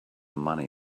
money